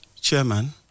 Chairman